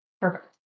perfect